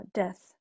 death